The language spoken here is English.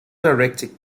directed